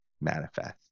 manifest